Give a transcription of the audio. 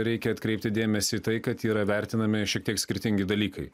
reikia atkreipti dėmesį į tai kad yra vertinami šiek tiek skirtingi dalykai